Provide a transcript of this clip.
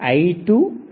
I1I2Ib1